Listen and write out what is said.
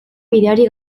bideari